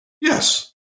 Yes